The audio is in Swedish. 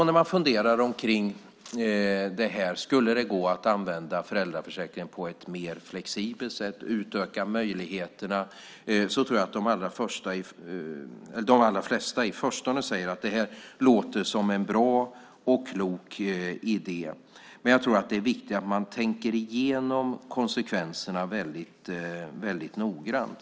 När man då funderar kring om det skulle gå att utöka möjligheterna och använda föräldraförsäkringen på ett mer flexibelt sätt tror jag att de allra flesta i förstone säger att det låter som en bra och klok idé. Men jag tror att det är viktigt att man tänker igenom konsekvenserna väldigt noggrant.